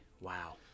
wow